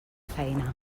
feina